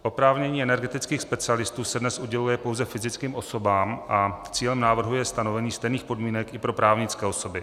Oprávnění energetických specialistů se dnes uděluje pouze fyzickým osobám a cílem návrhu je stanovení stejných podmínek i pro právnické osoby.